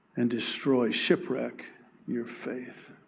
and destroy, shipwreck your faith.